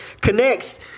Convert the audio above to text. connects